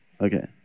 Okay